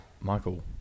Michael